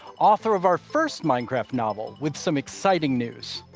author of our first minecraft novel, with some exciting news.